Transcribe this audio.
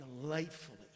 delightfully